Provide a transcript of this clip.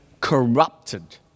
corrupted